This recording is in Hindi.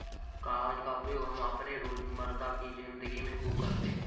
कागज का उपयोग हम अपने रोजमर्रा की जिंदगी में खूब करते हैं